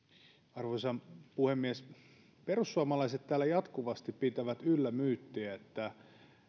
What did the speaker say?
arvoisa puhemies perussuomalaiset täällä jatkuvasti pitävät yllä myyttiä että